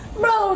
bro